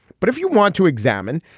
but if you want to examine,